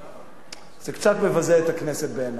זה קצת מבזה את הכנסת בעיני.